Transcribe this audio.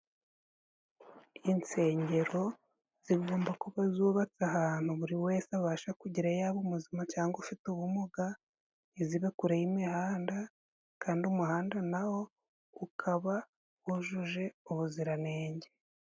Insengero zigomba kuba zubatse ahantu buri wese abasha kugera, yaba muzima cyangwa ufite ubumuga, ntizibe kure y'imihanda kandi umuhanda nawo ukaba wujuje ubuziranenge.